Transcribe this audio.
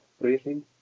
breathing